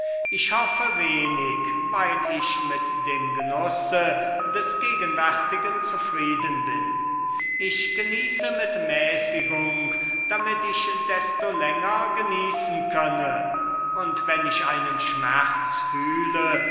ich hoffe wenig weil ich mit dem genuß des gegenwärtigen zufrieden bin ich genieße mit mäßigung damit ich desto länger genießen könne und wenn ich einen schmerz fühle